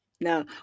no